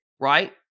right